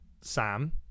Sam